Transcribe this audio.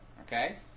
Okay